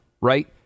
right